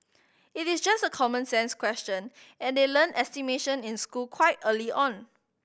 it is just a common sense question and they learn estimation in school quite early on